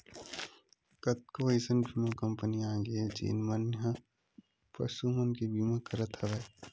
कतको अइसन बीमा कंपनी आगे हे जेन मन ह पसु मन के बीमा करत हवय